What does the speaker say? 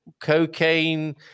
cocaine